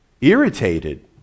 Irritated